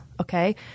Okay